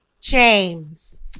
James